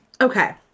Okay